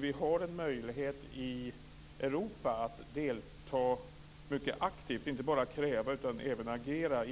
Vi har en möjlighet i Europa att delta mycket aktivt, inte bara kräva utan även agera,